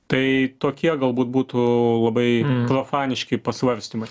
tai tokie galbūt būtų labai profaniški pasvarstymai